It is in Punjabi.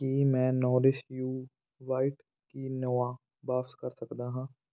ਕੀ ਮੈਂ ਨੋਰਿਸ਼ ਯੂ ਵਾਈਟ ਕੀਨੋਆ ਵਾਪਸ ਕਰ ਸਕਦਾ ਹਾਂ